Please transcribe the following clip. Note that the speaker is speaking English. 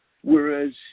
Whereas